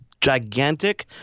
gigantic